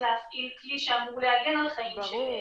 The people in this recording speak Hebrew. להפעיל כלי שאמור להגן על חיים של נפגעת.